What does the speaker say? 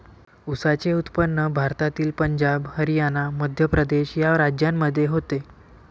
ऊसाचे उत्पादन भारतातील पंजाब हरियाणा मध्य प्रदेश या राज्यांमध्ये होते